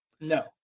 no